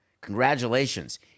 congratulations